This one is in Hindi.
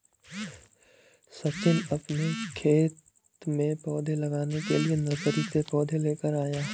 सचिन अपने खेत में पौधे लगाने के लिए नर्सरी से पौधे लेकर आया